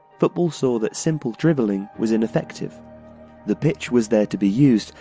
football saw that simple dribbling was ineffective the pitch was there to be used,